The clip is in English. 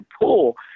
pool